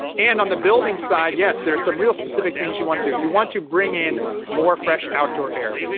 and on the building side, yes, there are some real specific things you want to do. you want to bring in more fresh outdoor air.